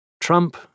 Trump